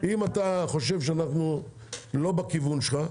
אם אתה חושב שאנחנו לא בכיוון שלך,